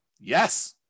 Yes